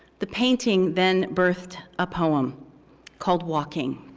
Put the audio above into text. the painting then birthed a poem called walking.